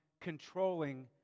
controlling